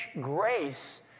grace